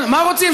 מה רוצים?